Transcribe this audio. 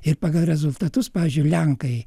ir pagal rezultatus pavyzdžiui lenkai